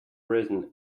risen